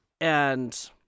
And-